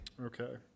Okay